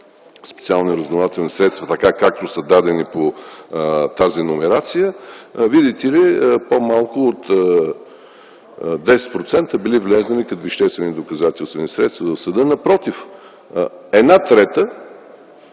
специални разузнавателни средства, както са дадени по тази номерация, виждате ли, по-малко от 10% били влезли като веществени доказателствени средства в съда. Напротив, за една трета